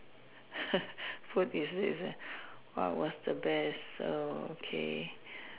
food is is what was the best oh okay